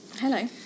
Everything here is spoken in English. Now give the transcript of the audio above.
Hello